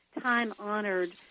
time-honored